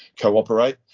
cooperate